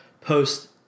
post